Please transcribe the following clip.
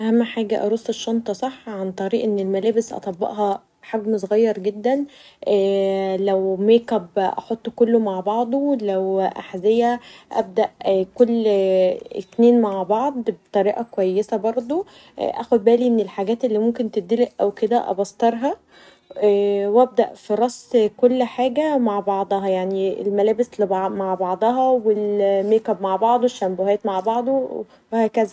اهم حاجه ارص الشنطه صح عن طريق ان الملابس أطبقها حجم صغير جدا لو ميكب احطه كله مع بعضه لو احذيه أبدا كل اتنين مع بعض بطريقه كويسه برضو. اخد بالي من الحاجات اللي ممكن تدلق او كدا ابسطرها و أبدا في رص كل حاجه مع بعضها ، الملابس مع بعض والميكب مع بعض و الشامبوهات مع بعض ؛ وهكذا.